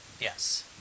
yes